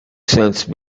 since